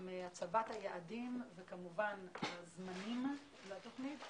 עם הצבת היעדים וכמובן הזמנים לתכנית,